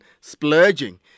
splurging